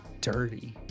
dirty